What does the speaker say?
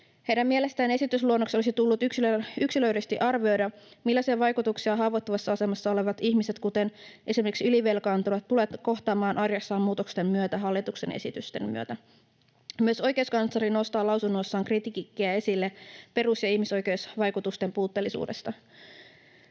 Heidän mielestään esitysluonnoksessa olisi tullut yksilöidysti arvioida, millaisia vaikutuksia haavoittuvassa asemassa olevat ihmiset, kuten esimerkiksi ylivelkaantuvat, tulevat kohtaamaan arjessaan muutosten myötä, hallituksen esitysten myötä. Myös oikeuskansleri nostaa lausunnossaan esille kritiikkiä perus- ja ihmisoikeusvaikutusten puutteellisuudesta.